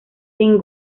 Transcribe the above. sin